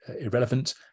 irrelevant